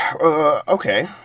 Okay